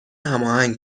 هماهنگ